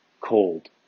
cold